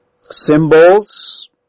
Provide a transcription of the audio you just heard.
Symbols